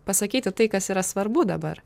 pasakyti tai kas yra svarbu dabar